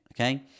Okay